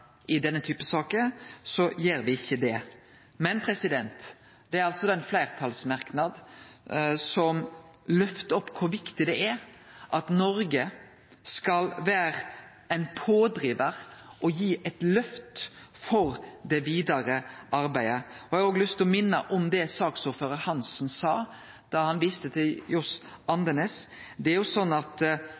i denne typen saker, så gjer me ikkje det. Men det er altså den fleirtalsmerknaden som løfter opp kor viktig det er at Noreg skal vere ein pådrivar og gi eit løft for det vidare arbeidet. Eg har òg lyst til å minne om det saksordførar Hansen sa da han viste til Johs. Andenæs: Det er jo slik at